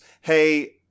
hey